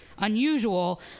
unusual